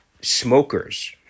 smokers